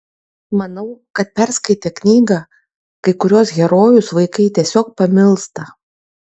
manau kad perskaitę knygą kai kuriuos herojus vaikai tiesiog pamilsta